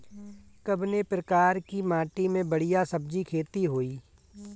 कवने प्रकार की माटी में बढ़िया सब्जी खेती हुई?